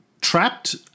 trapped